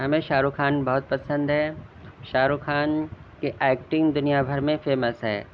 ہمیں شاہ رخ خان بہت پسند ہے شاہ رخ خان کی ایکٹنگ دنیا بھر میں فیمس ہے